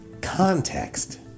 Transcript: Context